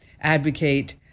advocate